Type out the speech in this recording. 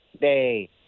day